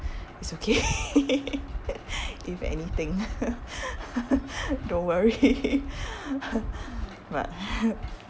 it's okay if anything don't worry but